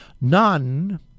none